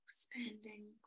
Expanding